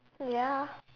ya